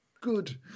good